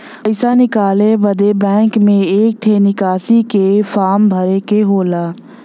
पइसा निकाले बदे बैंक मे एक ठे निकासी के फारम भरे के होला